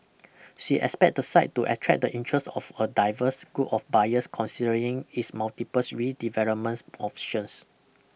she expect the site to attract the interest of a diverse group of buyers considering its multiples redevelopments options